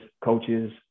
coaches